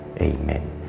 Amen